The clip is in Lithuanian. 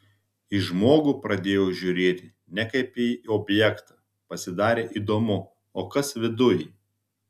į žmogų pradėjau žiūrėti ne kaip į objektą pasidarė įdomu o kas viduj